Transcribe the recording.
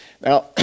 Now